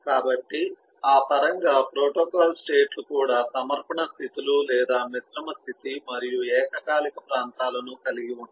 కాబట్టి ఆ పరంగా ప్రోటోకాల్ స్టేట్ లు కూడా సమర్పణ స్థితి లు లేదా మిశ్రమ స్థితి మరియు ఏకకాలిక ప్రాంతాలను కలిగి ఉంటాయి